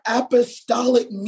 apostolic